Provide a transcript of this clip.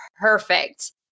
perfect